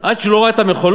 עד שהוא לא ראה את המחולות